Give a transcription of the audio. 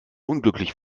unglücklich